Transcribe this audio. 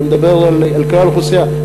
אני מדבר על כלל האוכלוסייה.